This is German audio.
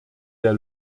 der